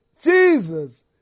Jesus